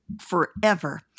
forever